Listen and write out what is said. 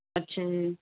ਅੱਛਾ ਜੀ